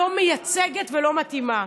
לא מייצגת ולא מתאימה.